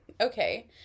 okay